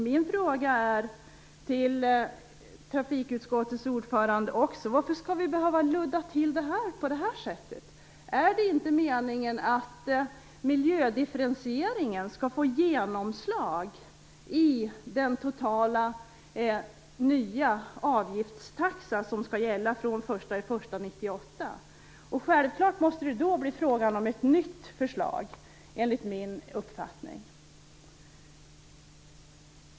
Min fråga till trafikutskottets ordförande är också: Varför skall vi behöva ludda till det på det här sättet? Är det inte meningen att miljödifferentieringen skall få genomslag i den nya totala avgiftstaxa som skall gälla från den 1 januari 1998? Då måste det självfallet bli frågan om ett nytt förslag, enligt min uppfattning.